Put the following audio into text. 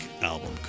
album